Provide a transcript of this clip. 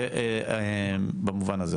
זה במובן הזה.